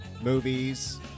movies